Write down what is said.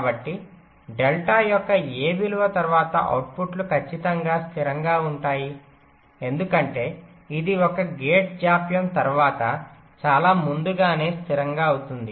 కాబట్టి డెల్టా యొక్క ఏ విలువ తరువాత అవుట్పుట్లు ఖచ్చితంగా స్థిరంగా ఉంటాయి ఎందుకంటే ఇది ఒక గేట్ జాప్యం తర్వాత చాలా ముందుగానే స్థిరంగా అవుతుంది